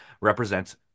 represents